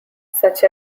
such